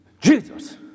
Jesus